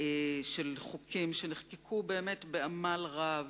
של חוקים שנחקקו באמת בעמל רב,